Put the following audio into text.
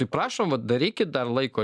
tai prašom darykit dar laiko